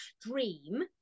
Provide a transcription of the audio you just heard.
dream